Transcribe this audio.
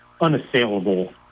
unassailable